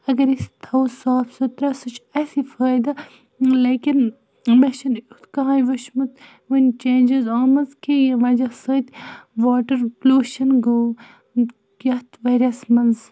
اَگر أسۍ تھَاوَو صاف سُتھرا سُہ چھُ اَسہِ فٲیدٕ لیکِن مےٚ چھُنہٕ ایُتھ کٔہٕنۍ وُچھمُت وٕنۍ چینٛجِز آمٕژ کہِ ییٚمہِ وَجہ سۭتۍ واٹَر پلوشَن گوٚو یَتھ وؤرَس منٛز